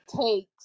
takes